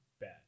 bad